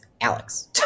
Alex